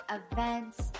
events